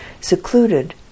secluded